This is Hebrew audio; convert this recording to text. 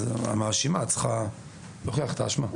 אז המאשימה צריכה להוכיח את האשמה.